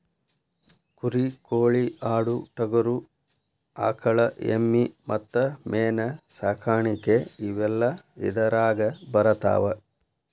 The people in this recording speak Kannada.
ಕುರಿ ಕೋಳಿ ಆಡು ಟಗರು ಆಕಳ ಎಮ್ಮಿ ಮತ್ತ ಮೇನ ಸಾಕಾಣಿಕೆ ಇವೆಲ್ಲ ಇದರಾಗ ಬರತಾವ